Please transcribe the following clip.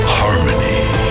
harmony